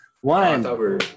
One